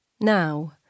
Now